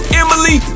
emily